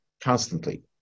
constantly